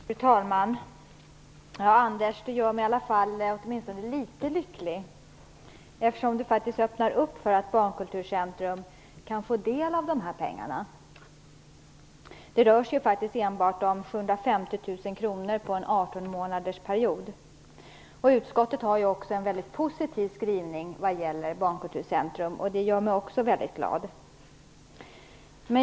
Fru talman! Anders Nilsson gör mig åtminstone litet lycklig, eftersom han faktiskt öppnar för att Barnkulturcentrum kan få del av dessa pengar. Det rör sig faktiskt enbart om 750 000 kr under en 18 månadersperiod, och utskottet har också en mycket positiv skrivning om Barnkulturcentrum. Även det gör mig väldigt glad.